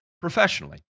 professionally